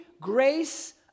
grace